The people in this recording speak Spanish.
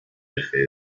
eje